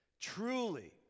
Truly